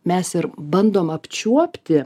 mes ir bandom apčiuopti